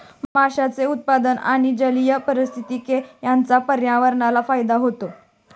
माशांचे उत्पादन आणि जलीय पारिस्थितिकी यांचा पर्यावरणाला फायदा होतो